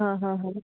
हां हां हां